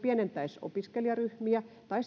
pienennettäisiin opiskelijaryhmiä tai